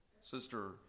sister